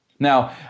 Now